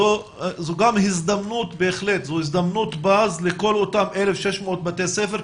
שזו בהחלט גם הזדמנות פז לכל אותם 1,600 בתי ספר,